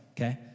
okay